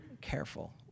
careful